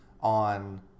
on